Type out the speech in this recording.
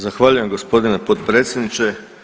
Zahvaljujem gospodine potpredsjedniče.